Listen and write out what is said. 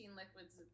liquids